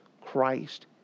Christ